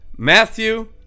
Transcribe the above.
Matthew